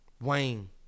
Wayne